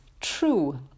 true